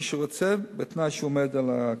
מי שרוצה, בתנאי שהוא עומד על הדברים.